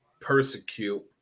persecute